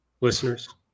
listeners